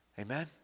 Amen